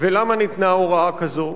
ולמה ניתנה הוראה כזו.